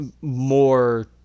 more